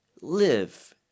live